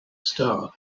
star